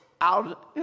out